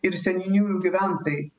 ir seniūnijų gyventojai